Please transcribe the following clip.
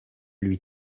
lui